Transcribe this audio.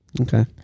Okay